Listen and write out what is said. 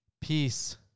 Peace